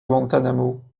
guantánamo